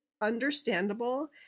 understandable